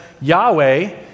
Yahweh